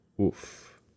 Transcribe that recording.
Oof